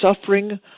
suffering